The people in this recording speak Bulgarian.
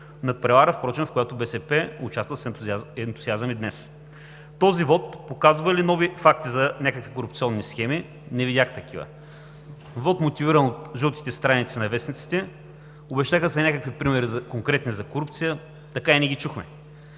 надпревара, в която БСП участва с ентусиазъм и днес. Този вот показва ли нови факти за някакви корупционни схеми? Не видях такива. Вот, мотивиран от жълтите страници на вестниците. Обещаха се някакви конкретни примери за корупция, така и не ги чухме.